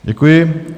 Děkuji.